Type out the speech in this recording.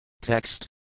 Text